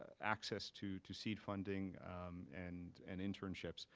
access to to seed funding and and internships.